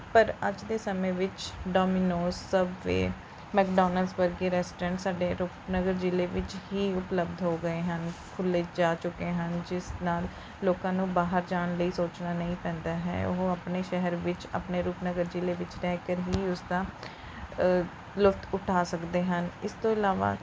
ਪਰ ਅੱਜ ਦੇ ਸਮੇਂ ਵਿੱਚ ਡੋਮੀਨੋਜ਼ ਸਬਵੇਅ ਮੈਕਡੋਨਲਜ਼ ਵਰਗੇ ਰੈਸਟੋਰੈਂਟ ਸਾਡੇ ਰੂਪਨਗਰ ਜ਼ਿਲ੍ਹੇ ਵਿੱਚ ਹੀ ਉਪਲਬਧ ਹੋ ਗਏ ਹਨ ਖੁੱਲ੍ਹੇ ਜਾ ਚੁੱਕੇ ਹਨ ਜਿਸ ਨਾਲ ਲੋਕਾਂ ਨੂੰ ਬਾਹਰ ਜਾਣ ਲਈ ਸੋਚਣਾ ਨਹੀਂ ਪੈਂਦਾ ਹੈ ਉਹ ਆਪਣੇ ਸ਼ਹਿਰ ਵਿੱਚ ਆਪਣੇ ਰੂਪਨਗਰ ਜ਼ਿਲ੍ਹੇ ਵਿੱਚ ਰਹਿ ਕਰ ਹੀ ਉਸਦਾ ਲੁਤਫ਼ ਉਠਾ ਸਕਦੇ ਹਨ ਇਸ ਤੋਂ ਇਲਾਵਾ